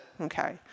Okay